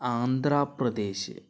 Andhra Pradesh